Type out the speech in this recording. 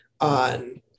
on